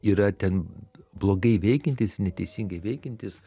yra ten blogai veikiantys neteisingai veikiantys